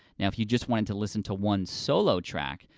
now if you just wanted to listen to one solo track,